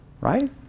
right